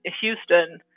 Houston